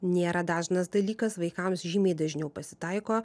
nėra dažnas dalykas vaikams žymiai dažniau pasitaiko